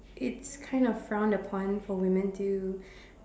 it's kind of frowned upon for women to